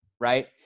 right